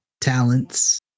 talents